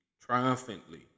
triumphantly